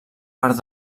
part